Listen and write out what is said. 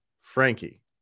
frankie